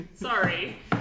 Sorry